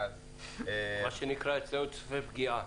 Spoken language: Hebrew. מה שנקרא אצלנו צפה פגיעה.